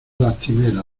lastimera